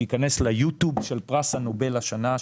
שייכנס ליוטיוב של פרס הנובל השנה,